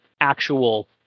actual